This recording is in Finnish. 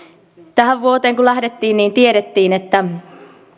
tähän vuoteen kun lähdettiin niin tiedettiin että